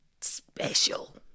special